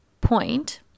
point